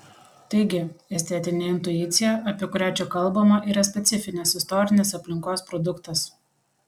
taigi estetinė intuicija apie kurią čia kalbama yra specifinės istorinės aplinkos produktas